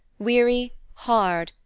weary, hard,